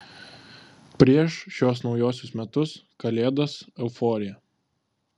prieš šiuos naujuosius metus kalėdas euforija